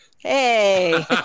Hey